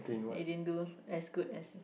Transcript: you didn't do as good as